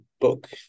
book